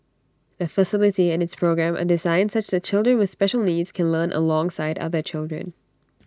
the facility and its programme are designed such that children with special needs can learn alongside other children